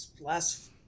last